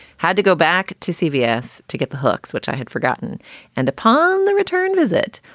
had to go back to cbs to get the hooks, which i had forgotten and upon the return visit,